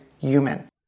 human